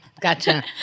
Gotcha